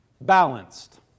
balanced